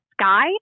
sky